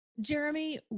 Jeremy